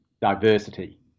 diversity